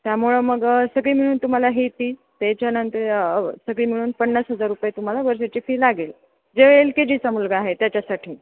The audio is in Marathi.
त्यामुळं मग सगळी मिळून तुम्हाला ही ती त्याच्यानंतर सगळी मिळून पन्नास हजार रुपये तुम्हाला वर्षाची फी लागेल जो एल के जीचा मुलगा आहे त्याच्यासाठी